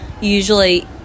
usually